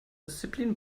disziplin